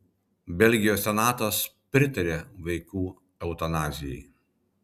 belgijos senatas pritarė vaikų eutanazijai